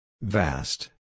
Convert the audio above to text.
Vast